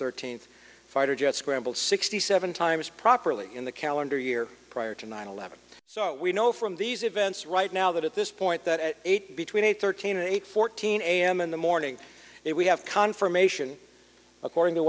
thirteenth fighter jets scrambled sixty seven times properly in the calendar year prior to nine eleven so we know from these events right now that at this point that at eight between eight thirteen and eight fourteen a m in the morning it we have confirmation according to